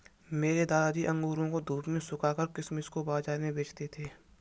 मेरे दादाजी अंगूरों को धूप में सुखाकर किशमिश को बाज़ार में बेचते थे